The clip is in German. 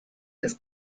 ist